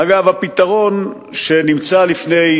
אגב, הפתרון שנמצא לפני